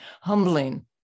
humbling